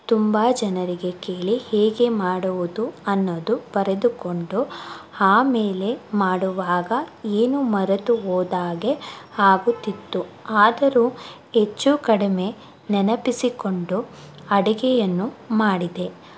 ತುಂಬ ಜನರಿಗೆ ಕೇಳಿ ಹೇಗೆ ಮಾಡುವುದು ಅನ್ನೋದು ಬರೆದುಕೊಂಡು ಆಮೇಲೆ ಮಾಡುವಾಗ ಏನು ಮರೆತು ಹೋದಾಗೆ ಆಗುತ್ತಿತ್ತು ಆದರೂ ಹೆಚ್ಚು ಕಡಿಮೆ ನೆನಪಿಸಿಕೊಂಡು ಅಡುಗೆಯನ್ನು ಮಾಡಿದೆ